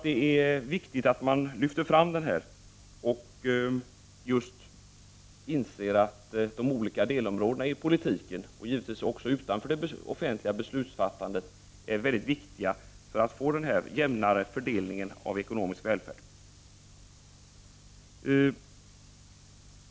Det är viktigt att lyfta fram detta och inse att de olika delområdena i politiken, givetvis också utanför det offentliga beslutsfattandet, är viktiga för en jämnare fördelning av ekonomisk välfärd.